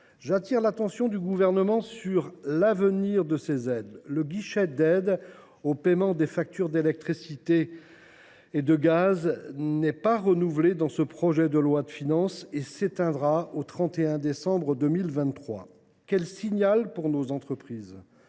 J’appelle l’attention du Gouvernement sur l’avenir de ces aides. Le guichet d’aide au paiement des factures d’électricité et de gaz n’est pas renouvelé dans ce projet de loi de finances pour 2024 et s’éteindra au 31 décembre 2023. Quel signal pour nos entreprises ?